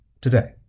Today